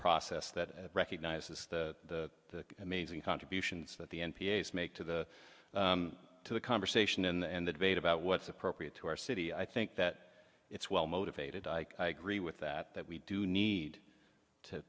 process that recognizes the amazing contributions that the m p s make to the to the conversation and the debate about what's appropriate to our city i think that it's well motivated i agree with that that we do need to